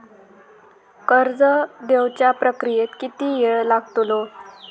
कर्ज देवच्या प्रक्रियेत किती येळ लागतलो?